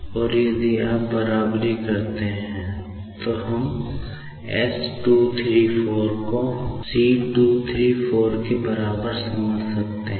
और यदि हम बराबरी करते हैं तो हम s 234 को c 234 के बराबर समझ सकते हैं